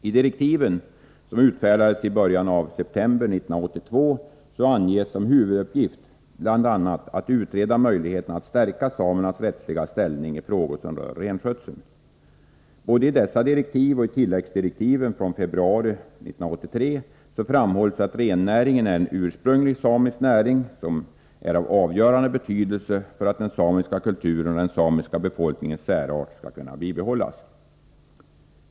I direktiven, som utfärdades i början av september 1982, anges som en av huvuduppgifterna att utreda möjligheterna att stärka samernas rättsliga ställning i frågor som rör renskötseln. Både i dessa direktiv och i tilläggsdirektiven från februari 1983 framhålls att rennäringen är en ursprunglig samisk näring, som är av avgörande betydelse för att den samiska kulturen och den samiska befolkningens särart skall kunna bibehållas.